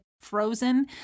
frozen